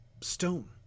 stone